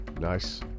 Nice